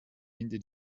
ende